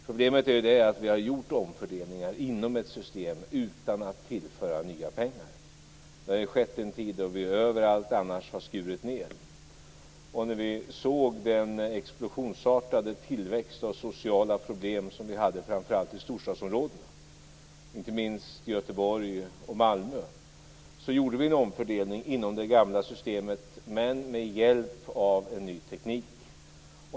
Problemet är att vi har gjort omfördelningar inom ett system utan att tillföra nya pengar. Det har skett i en tid då vi överallt annars har skurit ned. När vi såg den explosionsartade tillväxten av sociala problem i framför allt storstadsområdena, inte minst i Göteborg och Malmö, gjorde vi en omfördelning inom det gamla systemet men med hjälp av en ny teknik.